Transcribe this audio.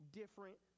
different